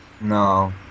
no